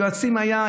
יועצים שהיו,